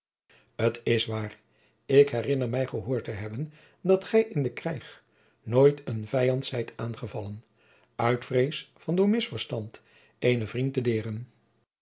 t is waar ik herinner mij gehoord te hebben dat gij in den krijg nooit een vijand zijt aangevallen uit vrees van door misverstand eenen vriend te deeren